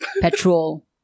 petrol